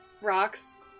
rocks